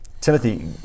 timothy